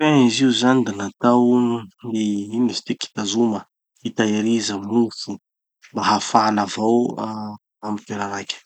[grille-]pain izy io zany da natao gny, ino izy tiky, hitazoma hitahiriza mofo mba hafana avao ah amy toera raiky.